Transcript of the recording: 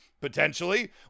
potentially